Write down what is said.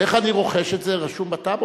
איך אני רוכש את זה, רשום בטאבו?